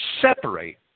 separate